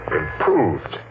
improved